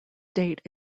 date